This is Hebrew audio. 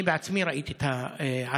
אני בעצמי ראיתי את העצמות.